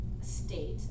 state